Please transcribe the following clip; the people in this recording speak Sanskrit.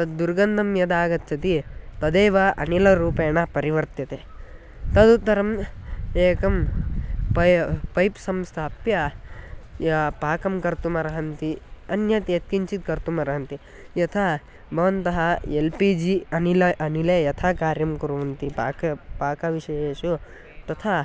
तद् दुर्गन्धं यदागच्छति तदेव अनिलरूपेण परिवर्त्यते तदुत्तरम् एकं पै पैप् संस्थाप्य यत् पाकं कर्तुम् अर्हति अन्यत् यत्किञ्चित् कर्तुम् अर्हन्ति यथा भवन्तः एल् पी जि अनिलम् अनिले यथा कार्यं कुर्वन्ति पाकं पाकविषयेषु तथा